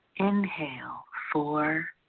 inhale four,